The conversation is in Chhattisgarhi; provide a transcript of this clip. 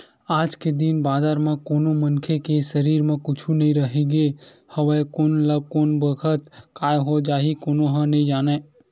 आज के दिन बादर म कोनो मनखे के सरीर म कुछु नइ रहिगे हवय कोन ल कोन बखत काय हो जाही कोनो ह नइ जानय